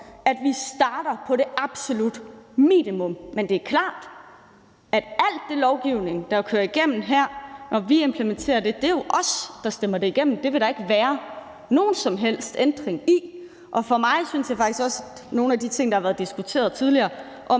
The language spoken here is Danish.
at vi starter på et absolut minimum. Men det er klart, at hvad angår al den lovgivning, der kører igennem her, når vi implementerer det, så er det os, der stemmer det igennem, og det vil der ikke være nogen som helst ændring i. Og i forhold til nogle af de ting, der har været diskuteret tidligere, om,